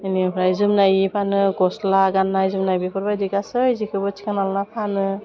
बेनिफ्राय जोमनाय फानो गस्ला गान्नाय जोमनाय बेफोरबायदि गासै जिखौबो थिखांना लाना फानो